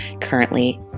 currently